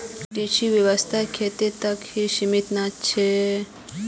कृषि व्यवसाय खेती तक ही सीमित नी छे